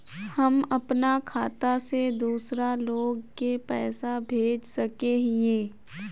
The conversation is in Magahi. हम अपना खाता से दूसरा लोग के पैसा भेज सके हिये?